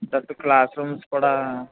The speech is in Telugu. తరువాత క్లాస్ రూమ్స్ కూడా